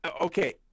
okay